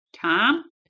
Tom